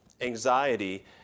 Anxiety